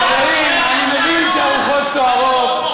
חברים, אני מבין שהרוחות סוערות.